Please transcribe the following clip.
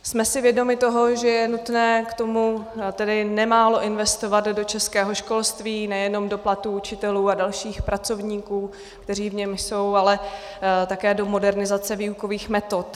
Jsme si vědomi toho, že je nutné k tomu tedy nemálo investovat do českého školství, nejenom do platů učitelů a dalších pracovníků, kteří v něm jsou, ale také do modernizace výukových metod.